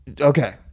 Okay